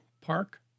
park